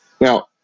now